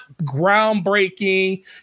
groundbreaking